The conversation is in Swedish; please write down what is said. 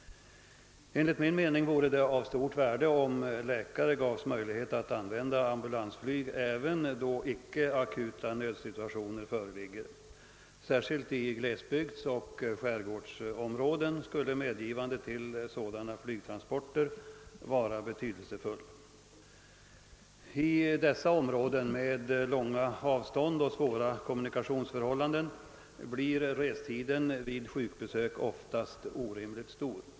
Enligt min mening skulle det vara av stort värde om läkare gavs möjlighet att använda ambulansflyg även då icke akuta nödsituationer föreligger. Särskilt i glesbygdsoch skärgårdsområden skulle ett medgivande till sådana flygtransporter vara betydelsefullt. I de områdena med deras långa avstånd och svåra kommunikationsförhållanden blir restiden vid sjukbesök oftast orimligt lång.